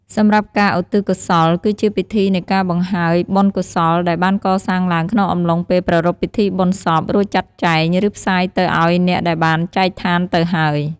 សម្រាប់ការ ឧទ្ទិសកុសល គឺជាពិធីនៃការបង្ហើយបុណ្យកុសលដែលបានកសាងឡើងក្នុងអំឡុងពេលប្រារព្ធពិធីបុណ្យសព រួចចាត់ចែង ឬផ្សាយទៅឲ្យអ្នកដែលបានចែកឋានទៅហើយ។